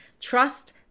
trust